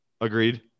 Agreed